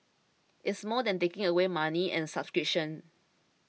it's more than taking away money and subscriptions